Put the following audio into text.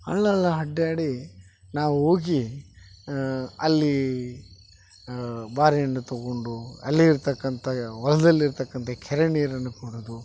ಹಳ್ಳ ಹಳ್ಳ ಅಡ್ಡಾಡಿ ನಾವು ಹೋಗಿ ಅಲ್ಲಿ ಬಾರೆಹಣ್ಣು ತಗೊಂಡು ಅಲ್ಲೆ ಇರತಕ್ಕಂತ ಹೊಲದಲ್ಲಿರತಕ್ಕಂತ ಕೆರೆ ನೀರನ್ನು ಕುಡಿದು